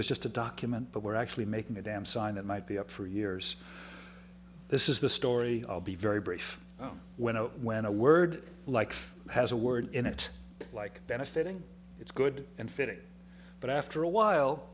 was just a document but we're actually making a damn sign it might be up for years this is the story i'll be very brief when it when a word like has a word in it like benefiting it's good and fitting but after a while